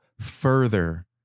further